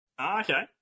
Okay